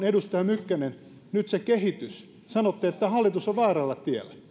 edustaja mykkänen nyt se kehitys sanoitte että hallitus on väärällä tiellä